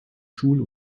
schul